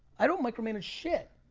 i don't micromanage shit.